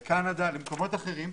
לקנדה, למקומות אחרים.